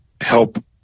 Help